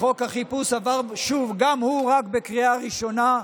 עבר גם הוא רק בקריאה ראשונה,